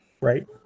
right